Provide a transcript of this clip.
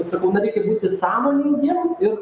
sakau na reikia būti sąmoningiem ir